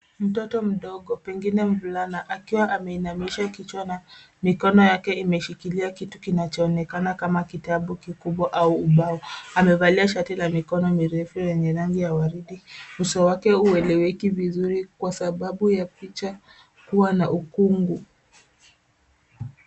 Mtoto mdogo pengine mvulana na akiwa ameinamisha kichwa na mikono yake imeshikilia kitu kinachonekana kama kitabu kikubwa au ubao. Amevalia shati la mikono mirefu yenye rangi ya waridi. Uso wake hueleweki vizuri kwa sababu ya picha kuwa na ukungu.